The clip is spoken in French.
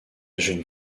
jeune